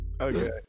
Okay